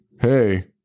Hey